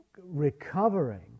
recovering